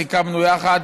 סיכמנו יחד,